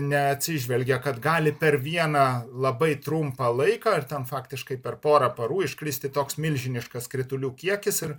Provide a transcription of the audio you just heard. neatsižvelgia kad gali per vieną labai trumpą laiką ir tam faktiškai per porą parų iškristi toks milžiniškas kritulių kiekis ir